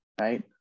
right